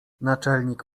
naczelnik